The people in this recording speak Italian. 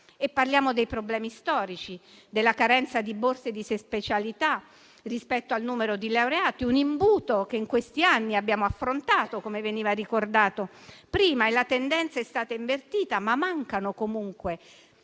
parliamo dei problemi storici, della carenza di borse e di specialità rispetto al numero di laureati, un imbuto che in questi anni abbiamo affrontato, come veniva ricordato prima. La tendenza è stata invertita, ma mancano comunque